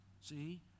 see